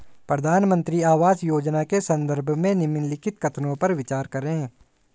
प्रधानमंत्री आवास योजना के संदर्भ में निम्नलिखित कथनों पर विचार करें?